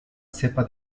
cepa